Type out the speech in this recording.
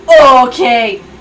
Okay